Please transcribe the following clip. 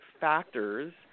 factors